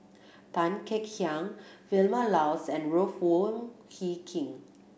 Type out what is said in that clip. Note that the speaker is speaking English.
Tan Kek Hiang Vilma Laus and Ruth Wong Hie King